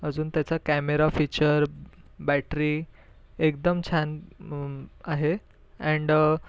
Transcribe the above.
अजून त्याचा camera feature battery एकदम छान आहे अँड